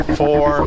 four